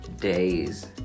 days